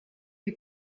die